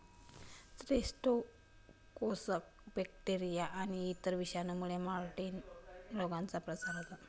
Streptococcus bacteria आणि इतर विषाणूंमुळे मॅटिन रोगाचा प्रसार होतो